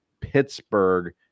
Pittsburgh